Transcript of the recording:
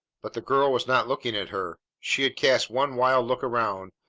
but the girl was not looking at her. she had cast one wild look around,